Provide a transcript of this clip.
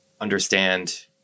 understand